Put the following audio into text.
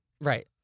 Right